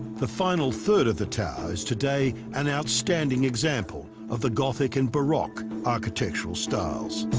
the final third of the tower is today an outstanding example of the gothic and baroque architectural styles.